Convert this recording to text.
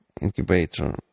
incubator